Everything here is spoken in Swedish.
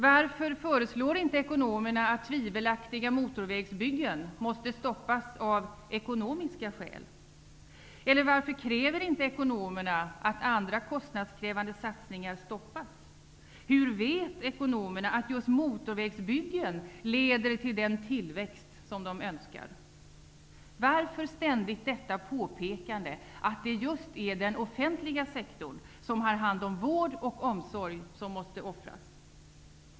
Varför föreslår inte ekonomerna att tvivelaktiga motorvägsbyggen skall stoppas av ekonomiska skäl? Eller varför kräver inte ekonomerna att andra kostnadskrävande satsningar stoppas? Hur vet ekonomerna att just motorvägsbyggen leder till den tillväxt de önskar? Varför ständigt detta påpekande att det är just den offentliga sektorn, som har hand om vård och omsorg, som måste offras?